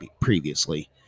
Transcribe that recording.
previously